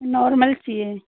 normal चाहिए